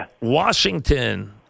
Washington